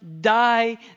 die